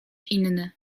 inny